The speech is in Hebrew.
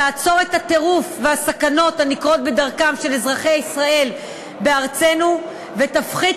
תעצור את הטירוף והסכנות הנקרות בדרכם של אזרחי ישראל בארצנו ותפחית